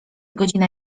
godzina